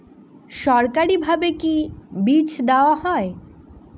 সরকারিভাবে কি বীজ দেওয়া হয়?